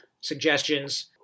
suggestions